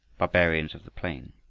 barbarians of the plain.